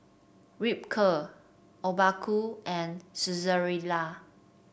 Ripcurl Obaku and Saizeriya